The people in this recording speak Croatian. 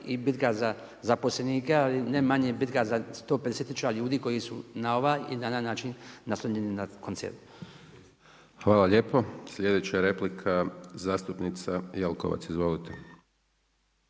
i bitka za zaposlenike, ali ne manje bitka za 150000 ljudi koji su na ovaj ili na onaj način naslonjeni na koncern. **Hajdaš Dončić, Siniša (SDP)** Hvala lijepo. Sljedeća replika zastupnica Jelkovac. Izvolite.